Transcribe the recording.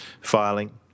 filing